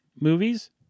movies